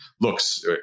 looks